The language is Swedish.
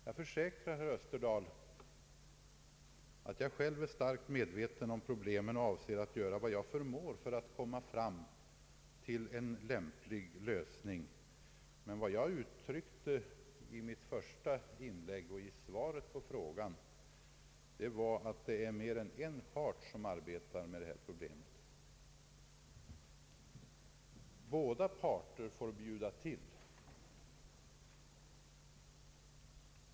Jag försäkrar herr Österdahl att jag är starkt medveten om problemen på Gotland och avser att göra vad jag förmår för att komma fram till en lämplig lösning. Såsom jag framhöll i svaret på frågan och i mitt inlägg är det dock mer än en part som arbetar med detta problem. Båda parterna får bjuda till.